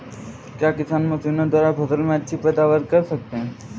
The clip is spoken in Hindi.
क्या किसान मशीनों द्वारा फसल में अच्छी पैदावार कर सकता है?